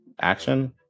action